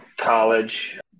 college